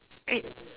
great